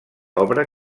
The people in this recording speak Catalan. obra